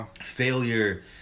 failure